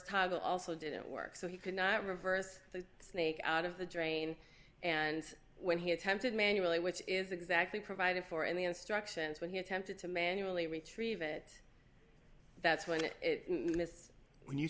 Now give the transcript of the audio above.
toggle also didn't work so he could not reverse the snake out of the drain and when he attempted manually which is exactly provided for in the instructions when he attempted to manually retrieve it that's when it missed when you